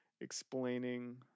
explaining